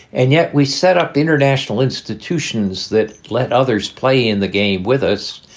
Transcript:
and yet we set up international institutions that let others play in the game with us.